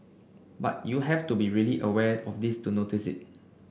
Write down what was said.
but you have to be really aware of this to notice it